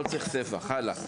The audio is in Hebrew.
לא צריך ספח, הלאה.